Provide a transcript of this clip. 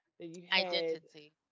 identity